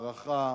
הערכה